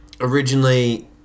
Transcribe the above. originally